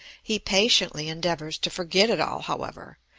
he patiently endeavors to forget it all, however,